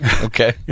Okay